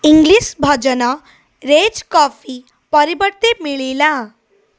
English ଭଜନ ରେଜ୍ coffee ପରିବର୍ତ୍ତେ ମିଳିଲା